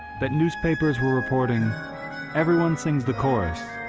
that newspapers were reporting every one sings the chorus,